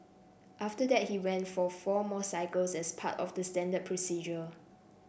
after that he went for four more cycles as part of the standard procedure